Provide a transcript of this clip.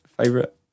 favorite